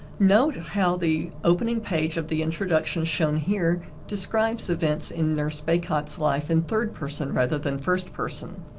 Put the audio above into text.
note how the opening page of the introduction shown here describes events in nurse bacot's life in third person rather than first person.